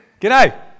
G'day